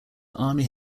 army